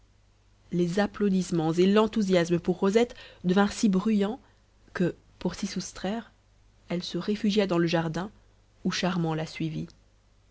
les applaudissements et l'enthousiasme pour rosette devinrent si bruyants que pour s'y soustraire elle se réfugia dans le jardin ou charmant la suivit